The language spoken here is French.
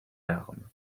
larme